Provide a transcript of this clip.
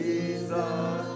Jesus